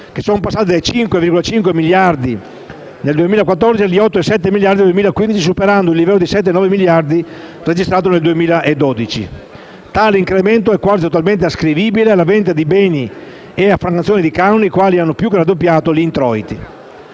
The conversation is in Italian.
che sono passate dai 5,5 miliardi di euro del 2014 agli 8,7 miliardi del 2015, superando il livello dei 7,9 miliardi registrato nel 2012. Tale incremento è quasi interamente ascrivibile alla vendita di beni ed affrancazione di canoni, i quali hanno più che raddoppiato gli introiti.